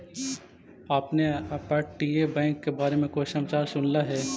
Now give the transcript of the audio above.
आपने अपतटीय बैंक के बारे में कोई समाचार सुनला हे